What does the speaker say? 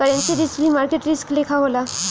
currency risk भी market risk लेखा होला